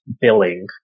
billing